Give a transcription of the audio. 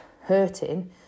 hurting